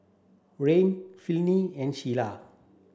Ryne Finley and Sheila